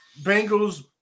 Bengals